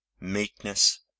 meekness